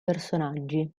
personaggi